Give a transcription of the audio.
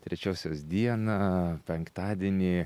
trečiosios dieną penktadienį